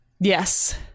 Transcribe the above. yes